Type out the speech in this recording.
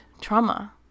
trauma